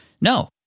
No